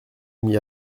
m’y